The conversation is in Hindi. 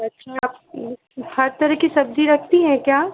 सब्ज़ियाँ आपके यहाँ हर तरह की सब्ज़ी रखती हैं क्या